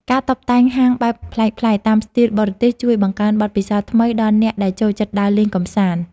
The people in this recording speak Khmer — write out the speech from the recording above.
ការតុបតែងហាងបែបប្លែកៗតាមស្ទីលបរទេសជួយបង្កើនបទពិសោធន៍ថ្មីដល់អ្នកដែលចូលចិត្តដើរលេងកម្សាន្ត។